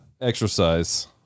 exercise